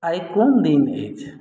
आइ कोन दिन अछि